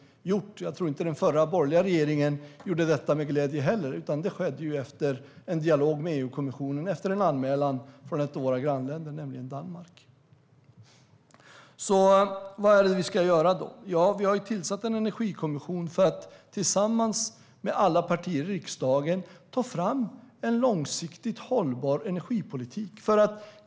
Jag tror inte heller att den förra borgerliga regeringen gjorde detta med glädje, utan det skedde efter en dialog med EU-kommissionen efter en anmälan från ett av våra grannländer, nämligen Danmark. Vad är det då vi ska göra? Vi har tillsatt en energikommission för att tillsammans med alla partier i riksdagen ta fram en långsiktigt hållbar energipolitik.